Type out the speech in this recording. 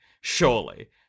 surely